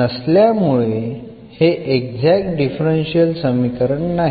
असल्यामुळे हे exact differential समीकरण नाही